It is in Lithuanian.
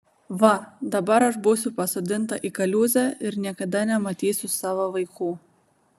va dabar aš būsiu pasodinta į kaliūzę ir niekada nematysiu savo vaikų